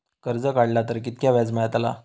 कर्ज काडला तर कीतक्या व्याज मेळतला?